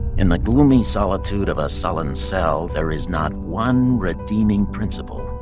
in the gloomy solitude of a sullen cell, there is not one redeeming principle.